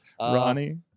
Ronnie